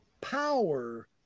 power